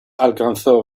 alcanzó